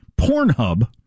Pornhub